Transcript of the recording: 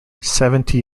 seventy